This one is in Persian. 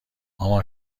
مامان